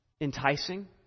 enticing